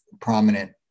prominent